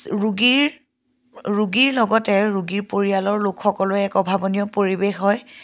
ৰোগীৰ ৰোগীৰ লগতে ৰোগীৰ পৰিয়ালৰ লোকসকলোৰে এক অভাৱনীয় পৰিৱেশ হয়